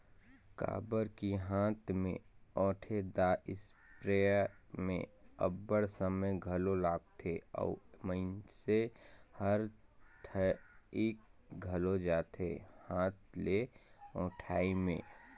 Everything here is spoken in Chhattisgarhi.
काबर कि हांथ में ओंटेदार इस्पेयर में अब्बड़ समे घलो लागथे अउ मइनसे हर थइक घलो जाथे हांथ ले ओंटई में